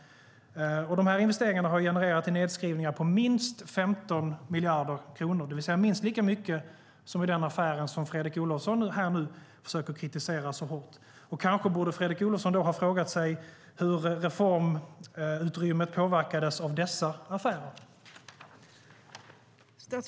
Dessa investeringar har genererat nedskrivningar på minst 15 miljarder kronor, det vill säga minst lika mycket som i den affär som Fredrik Olovsson här och nu försöker kritisera så hårt. Kanske borde Fredrik Olovsson ha frågat sig hur reformutrymmet påverkades av dessa affärer.